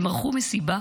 הם ערכו מסיבה